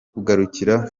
kugarukira